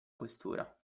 questura